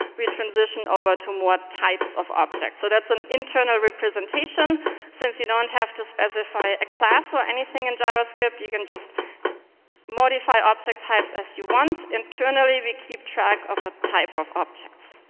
we transition over to more types of objects, so that's an internal representation since you don't know and have to specify a class or anything in javascript, you can just modify object types as you want. internally, we keep track of a type of objects.